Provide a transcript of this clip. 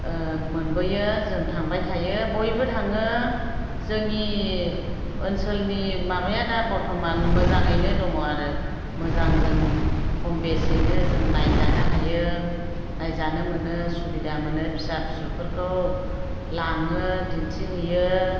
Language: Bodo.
मोनबोयो जों थांबाय थायो बयबो थाङो जोंनि ओनसोलनि माबाया दा बर्त'मान मोजाङैनो दङ आरो मोजां जों खम बेसैनो जों नायजानो हायो नायजानो मोनो सुबिदा मोनो फिसा फिसौफोरखौ लाङो दिन्थिहैयो